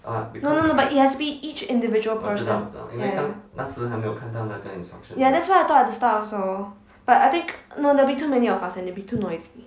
no no no but it has to be each individual person ya ya ya that's what I thought at start also but I think no they will be too many of us and it'll be too noisy